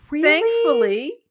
Thankfully